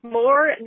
more